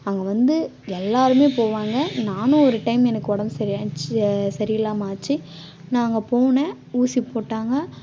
அங்கே வந்து எல்லாருமே போவாங்க நானும் ஒரு டைம் எனக்கு ஒடம்பு சரியான்ச்சி சரியில்லாமல் ஆச்சு நான் அங்கே போனேன் ஊசி போட்டாங்க